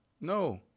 No